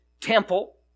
temple